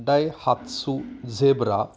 Daihatsu zebra